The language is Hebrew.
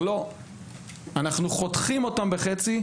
אנחנו חותכים אותן בחצי,